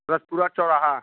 राजपुरा चौराहा